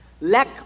lack